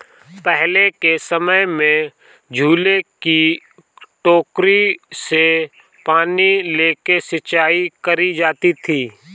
पहले के समय में झूले की टोकरी से पानी लेके सिंचाई करी जाती थी